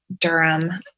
Durham